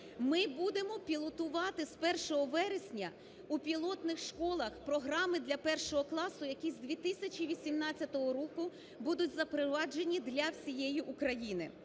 Ми будемо пілотувати з 1 вересня у пілотних школах програми для першого класу, які з 2018 року будуть запроваджені для всієї України.